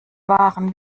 waren